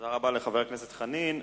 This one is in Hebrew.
תודה רבה לחבר הכנסת חנין.